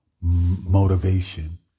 motivation